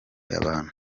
abantu